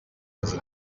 baze